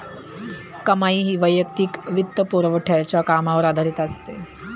कमाई ही वैयक्तिक वित्तपुरवठ्याच्या कामावर आधारित असते